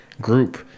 group